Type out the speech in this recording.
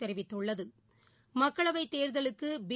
தெரிவித்துள்ளது மக்களவைதேர்தலுக்கு பி